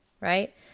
right